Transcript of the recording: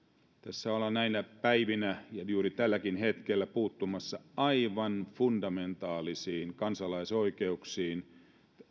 tässä ollaan näinä päivinä ja juuri tälläkin hetkellä puuttumassa aivan fundamentaalisiin kansalaisoikeuksiin